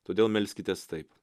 todėl melskitės taip